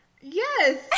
Yes